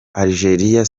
algeria